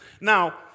Now